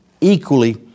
equally